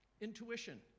intuition